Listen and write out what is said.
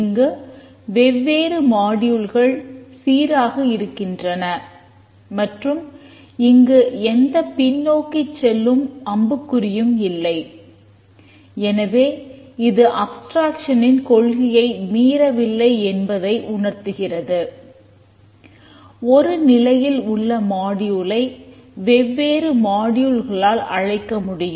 இங்கு வெவ்வேறு மாடியூல்கள் ஆகும்